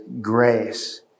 grace